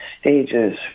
stages